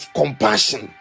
compassion